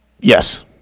Yes